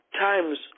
times